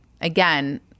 again